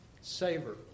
Savor